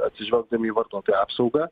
atsižvelgdami į vartotojų apsaugą